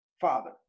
father